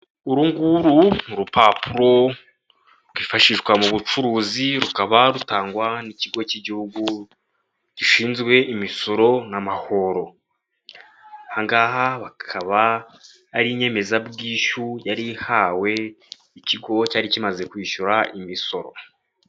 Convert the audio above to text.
Uru nguru ni urupapuro, rwifashishwa mu bucuruzi, rukaba rutangwa n'ikigo cy'igihugu gishinzwe imisoro n'amahoro. Aha ngaha hakaba hari inyemezabwishyu yari ihawe ikigo cyari kimaze kwishyura imisoro.